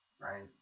right